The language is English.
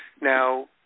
Now